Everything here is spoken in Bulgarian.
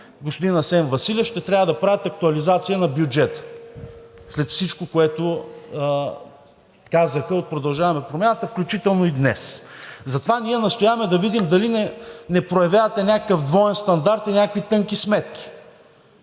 господин Асен Василев ще трябва да правят актуализация на бюджета след всичко, което казаха от „Продължаваме Промяната“, включително и днес. Затова ние настояваме да видим дали не проявявате някакъв двоен стандарт и някакви тънки сметки